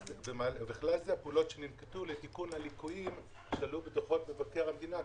ובכלל זה הפעולות שננקטו לתיקון הליקויים שעלו בדוחות מבקר המדינה.